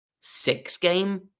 six-game